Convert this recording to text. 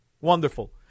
Wonderful